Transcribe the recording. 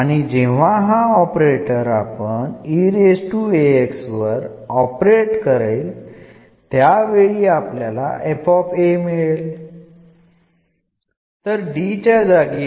അതിനർത്ഥം ഈ എന്ന ഓപ്പറേറ്റർ ൽ പ്രയോഗിക്കുമ്പോൾ അത് എന്നാകുന്നു